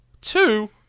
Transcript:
Two